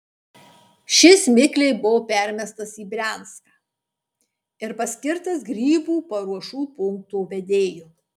šis mikliai buvo permestas į brianską ir paskirtas grybų paruošų punkto vedėju